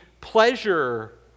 pleasure